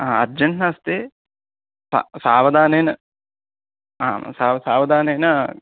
हा अर्जेण्ट् नास्ति स सावधानेन आम् साव् सावधानेन